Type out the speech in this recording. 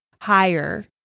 higher